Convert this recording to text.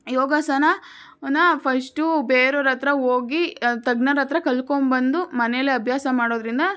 ಯೋಗಾಸನ ನ ಫಸ್ಟು ಬೇರೆಯವರತ್ರ ಹೋಗಿ ತಜ್ಞರತ್ತಿರ ಕಲ್ತ್ಕೊಂಬಂದು ಮನೆಯಲ್ಲಿ ಅಭ್ಯಾಸ ಮಾಡೋದರಿಂದ